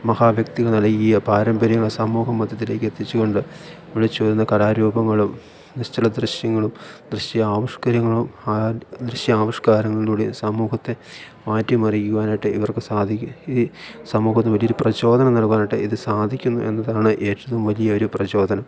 മഹാ വ്യക്തികൾ നൽകിയ പാരമ്പര്യം സമൂഹ മധ്യത്തിലേക്ക് എത്തിച്ചു കൊണ്ട് വിളിച്ചോതുന്ന കലാരൂപങ്ങളും നിശ്ചല ദൃശ്യങ്ങളും ദൃശ്യ ആവിഷ്കര്യങ്ങളും ദൃശ്യവിഷ്കാരങ്ങളിലൂടെ സമൂഹത്തെ മാറ്റിമറിക്കുവാനായിട്ട് ഇവർക്ക് സാധിക്ക ഈ സമൂഹത്തി വലിയൊരു പ്രചോദനം നൽകാനായിട്ട് ഇത് സാധിക്കുന്നു എന്നതാണ് ഏറ്റവും വലിയ ഒരു പ്രചോദനം